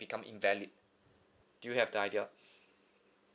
become invalid do you have the idea